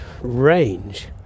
range